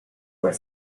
were